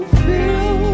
feel